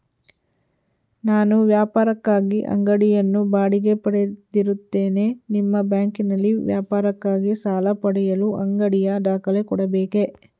ನಾನು ವ್ಯಾಪಾರಕ್ಕಾಗಿ ಅಂಗಡಿಯನ್ನು ಬಾಡಿಗೆ ಪಡೆದಿರುತ್ತೇನೆ ನಿಮ್ಮ ಬ್ಯಾಂಕಿನಲ್ಲಿ ವ್ಯಾಪಾರಕ್ಕಾಗಿ ಸಾಲ ಪಡೆಯಲು ಅಂಗಡಿಯ ದಾಖಲೆ ಕೊಡಬೇಕೇ?